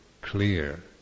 clear